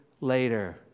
later